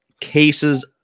cases